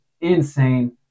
insane